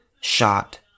shot